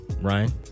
Ryan